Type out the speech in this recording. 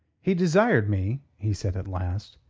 he desired me, he said at last,